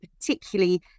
particularly